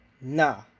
Nah